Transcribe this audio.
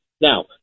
Now